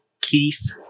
Keith